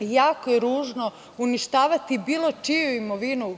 Jako je ružno uništavati bilo čiju imovinu,